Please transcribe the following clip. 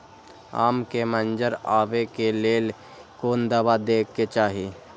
आम के मंजर आबे के लेल कोन दवा दे के चाही?